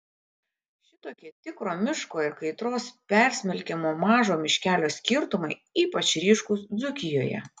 šitokie tikro miško ir kaitros persmelkiamo mažo miškelio skirtumai ypač ryškūs dzūkijoje